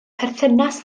perthynas